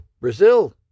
Brazil